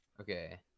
Okay